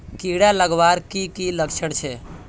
कीड़ा लगवार की की लक्षण छे?